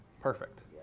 perfect